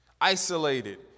Isolated